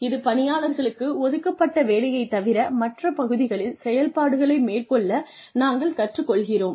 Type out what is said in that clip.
இது பணியாளர்களுக்கு ஒதுக்கப்பட்ட வேலையைத் தவிர மற்ற பகுதிகளில் செயல்பாடுகளை மேற்கொள்ள நாங்கள் கற்றுக் கொடுக்கிறோம்